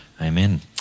Amen